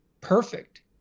perfect